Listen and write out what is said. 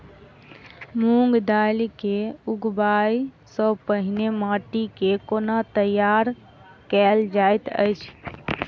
मूंग दालि केँ उगबाई सँ पहिने माटि केँ कोना तैयार कैल जाइत अछि?